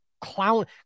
clown